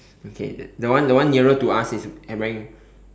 okay that that one that one nearer to us is wearing